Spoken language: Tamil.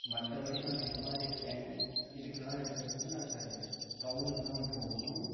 மற்றபடி நாங்கள் எம்ஆர்ஐ ஸ்கேன் இதுக்கெல்லாம் எடுக்கிறத்துக்கு நாங்கள் டவுனுக்குதான் போகணும்